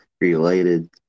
related